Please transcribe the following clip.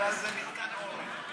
נקרא לזה מתקן אורן.